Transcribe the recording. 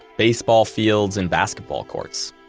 baseball fields and basketball courts.